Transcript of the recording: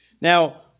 Now